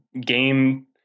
game